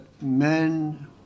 men